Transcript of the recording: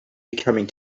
becoming